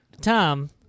Tom